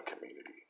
community